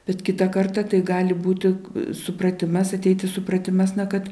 bet kitą kartą tai gali būti supratimas ateiti supratimas kad